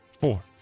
Four